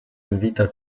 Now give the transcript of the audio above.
invita